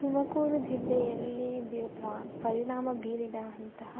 ತುಮಕೂರು ಜಿಲ್ಲೆಯಲ್ಲಿ ಪರಿಣಾಮ ಬೀರಿದ ಅಂತಹ